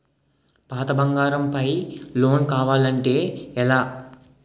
పాత బంగారం పై లోన్ కావాలి అంటే ఎలా?